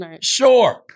Sure